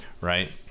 right